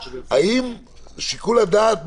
שילה, תודה רבה.